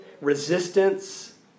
resistance